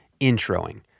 introing